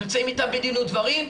אנחנו נמצאים איתם בדין ודברים,